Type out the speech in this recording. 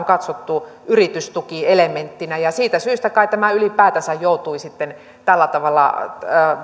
katsottu yritystukielementtinä ja siitä syystä kai tämä ylipäätänsä joutui sitten tällä tavalla